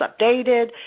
updated